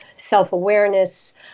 Self-awareness